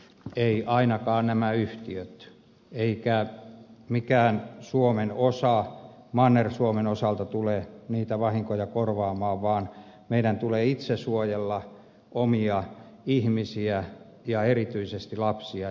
eivät ainakaan nämä yhtiöt eikä mikään suomen osa manner suomen osalta tule niitä vahinkoja korvaamaan vaan meidän tulee itse suojella omia ihmisiä ja erityisesti lapsia